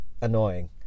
annoying